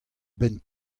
benn